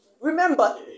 Remember